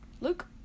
Luke